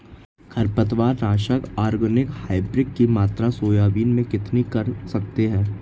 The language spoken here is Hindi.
खरपतवार नाशक ऑर्गेनिक हाइब्रिड की मात्रा सोयाबीन में कितनी कर सकते हैं?